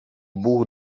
buch